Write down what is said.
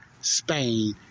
Spain